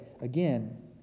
Again